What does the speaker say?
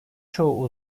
çoğu